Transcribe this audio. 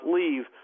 Leave